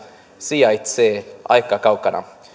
sijaitsee aika kaukana